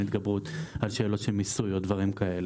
התגברות על שאלות של מיסוי או דברים כאלה.